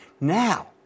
Now